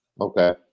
Okay